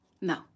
No